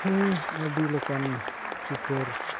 ᱤᱧ ᱟᱹᱰᱤ ᱞᱮᱠᱟᱱ ᱪᱤᱛᱟᱹᱨ